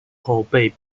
后被